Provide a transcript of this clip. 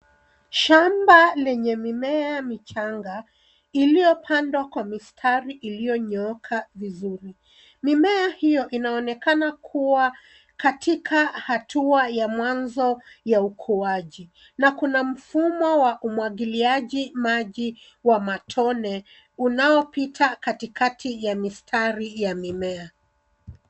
Shamba lenye mimea michanga, iliyopandwa kwa mistari iliyonyooka vizuri. Mimea hio inaoekana kua katika hatua ya mwanzo ya ukuaji, na kuna mfumo wa umwagiliaji maji wa matone unaopita katikati ya mistari ya mimea.